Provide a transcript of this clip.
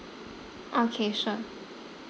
okay sure